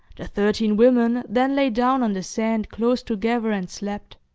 the thirteen women then lay down on the sand close together, and slept.